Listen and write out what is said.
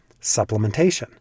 supplementation